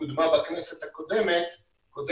קודמה בכנסת הקודמת-קודמת,